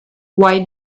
why